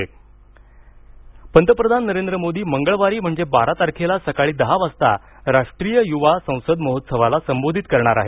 पंतप्रधान यवा संसद पंतप्रधान नरेंद्र मोदी मंगळवारी म्हणजे बारा तारखेला सकाळी दहा वाजता राष्ट्रीय युवा संसद महोत्सवाला संबोधित करणार आहेत